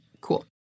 cool